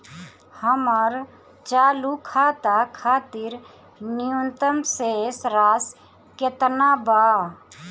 हमर चालू खाता खातिर न्यूनतम शेष राशि केतना बा?